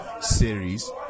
series